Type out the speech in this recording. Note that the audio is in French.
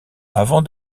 avant